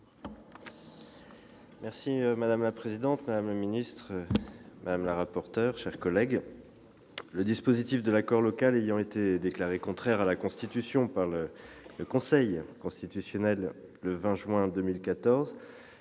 Madame la présidente, madame la ministre, madame la rapporteur, mes chers collègues, le dispositif de l'accord local ayant été déclaré contraire à la Constitution par le Conseil constitutionnel dans